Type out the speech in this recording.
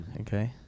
Okay